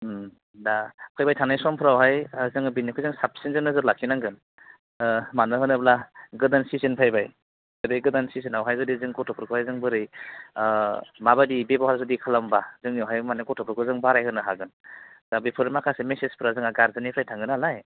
ओम दा फैबाय थानाय समफ्रावहाय जोङो बिनिफ्राइ जों साबसिन जों नोजोर लाखिनांगोन मानो होनोब्ला गोदान सिसोन फैबाय दा बे गोदान सिसोनावहाय जुदि जों गथ'फोरखौहाय जों बोरै आह मा बायदि बेबहार जुदि खालामोबा जोंनियावहाय मानि गथ'फोरखौ बाराय होनो हागोन दा बेफोर माखासे मिसफ्रा जोंहा गार्डजेननिफ्राइ थाङो नालाय